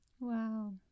Wow